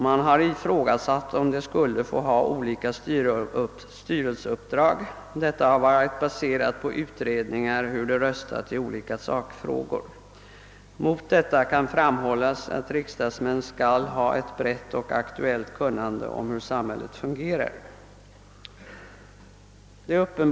Man har ifrågasatt om de exempelvis skulle få ha olika styrelseuppdrag, och utgångspunkten för bedömningen har varit utredningar om hur de röstat i olika sakfrågor. Som argument mot uppfattningen att parlamentariker inte får ha uppdrag vid sidan av sitt riksdagsarbete kan anföras att de skall ha ett brett och aktuellt kunnande om hur samhället fungerar. Herr talman!